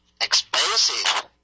expensive